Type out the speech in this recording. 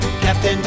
Captain